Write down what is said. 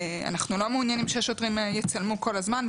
אנחנו לא מעוניינים ששוטרים יצלמו כל הזמן,